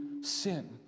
sin